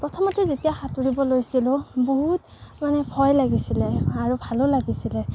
প্ৰথমতে যেতিয়া সাঁতুৰিব লৈছিলোঁ বহুত মানে ভয় লাগিছিলে আৰু ভালো লাগিছিলে